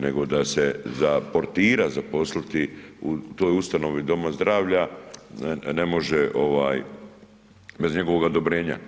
nego da se za portira zaposliti u toj ustanovi doma zdravlja ne može bez njegovog odobrenja.